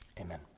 Amen